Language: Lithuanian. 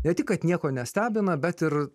ne tik kad nieko nestebina bet ir